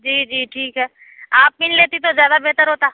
جی جی ٹھیک ہے آپ مِل لیتی تو زیادہ بہتر ہوتا